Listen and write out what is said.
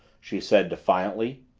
she said defiantly.